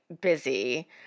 busy